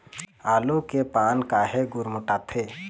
आलू के पान काहे गुरमुटाथे?